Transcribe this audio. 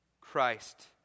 Christ